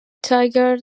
tiger